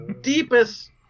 deepest